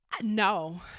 No